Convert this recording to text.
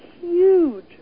huge